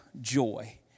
joy